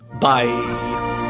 Bye